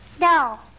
No